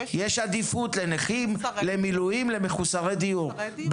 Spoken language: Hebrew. יש עדיפות לנכים, למילואים, למחוסרי דיור.